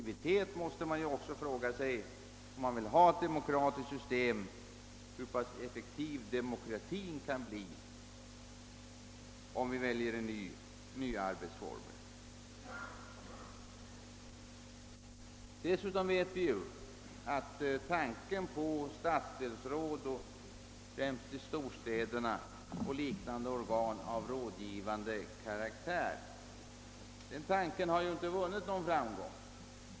Vi vet ju att tanken på stadsdelsråd, främst i storstäderna, och liknande organ av rådgivande karaktär inte vunnit någon framgång.